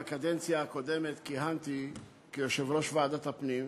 בקדנציה הקודמת כיהנתי כיושב-ראש ועדת הפנים,